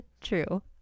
true